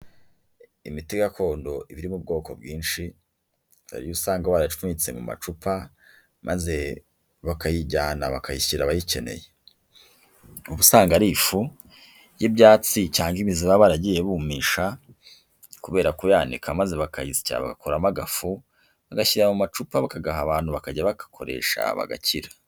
Imiti gakondo iba irimo ubwoko bwinshi. Hari iyo usanga barayipfunyitse mu macupa. Maze bakayijyana bakayishyira abayikeneye. Uba usanga ari ifu y'ibyatsi cyangwa imizi baba baragiye bumisha kubera kuyanika maze bakayisya bagakuramo agafu bagashyira mu amacupa bakagaha abantu bakajya bakoresha bagakira.